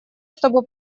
чтобы